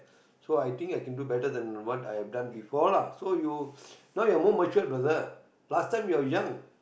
so I think I can do better than what I've done before lah so you now you're more matured brother last time you're young